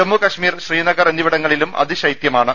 ജമ്മു കശ്മീർ ശ്രീനഗർ എന്നിവിടങ്ങളിലും അതിശൈത്യമാ ണ്